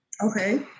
Okay